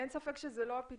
אין ספק שזה לא ה-פתרון.